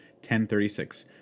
1036